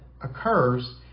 occurs